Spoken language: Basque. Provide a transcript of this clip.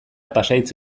pasahitz